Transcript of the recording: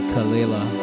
Kalela